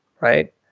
right